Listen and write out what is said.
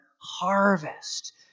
harvest